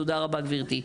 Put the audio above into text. תודה רבה גברתי.